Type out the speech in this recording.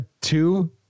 two